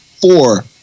four